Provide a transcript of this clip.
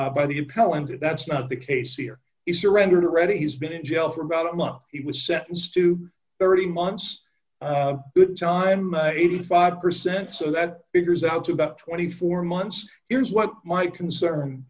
appellant that's not the case here he surrendered already he's been in jail for about a month he was sentenced to thirty months good time eighty five percent so that figures out to about twenty four months here's what my concern